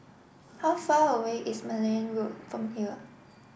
how far away is Malan Road from here